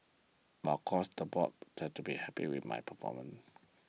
but of course the board tend to be happy with my performance